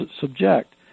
subject